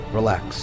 relax